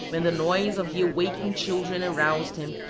when the noise of the awaking children aroused him,